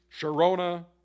Sharona